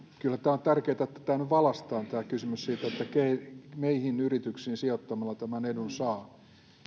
kyllä tämä on tärkeätä että nyt valaistaan tämä kysymys siitä mihin yrityksiin sijoittamalla tämän edun saa